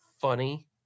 funny